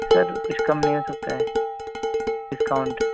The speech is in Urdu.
سر کچھ کم نہیں ہو سکتا ہے ڈسکاؤنٹ